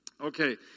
Okay